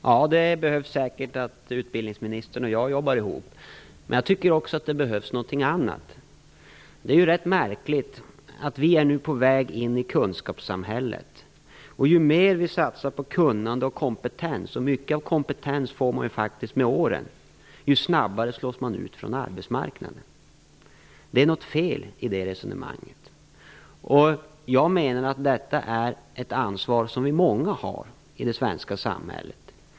Herr talman! Det vore säkert bra om utbildningsministern och jag jobbade ihop. Men jag tycker också att det behövs någonting annat. En sak är ju rätt märklig. Vi är nu på väg in i kunskapssamhället. Mycket av sin kompetens får man ju med åren, men ju mer vi satsar på kunnande och kompetens, desto snabbare slås man ut från arbetsmarknaden. Det är något fel i det resonemanget. Jag menar att detta är ett ansvar för många i det svenska samhället.